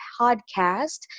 podcast